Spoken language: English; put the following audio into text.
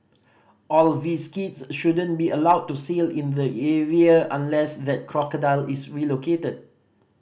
all these kids shouldn't be allowed to sail in the area unless that crocodile is relocated